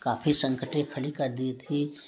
काफ़ी संकटे खड़ी कर दी थी